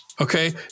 Okay